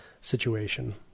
situation